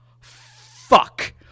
fuck